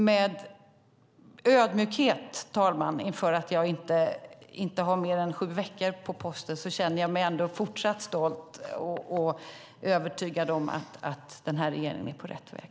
Med ödmjukhet inför att jag inte har mer än sju veckor på posten känner jag mig ändå fortsatt stolt och övertygad om att den här regeringen är på rätt väg.